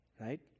Right